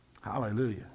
Hallelujah